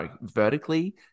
vertically